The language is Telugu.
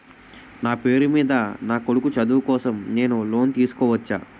నా పేరు మీద నా కొడుకు చదువు కోసం నేను లోన్ తీసుకోవచ్చా?